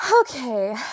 okay